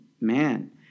man